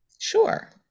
sure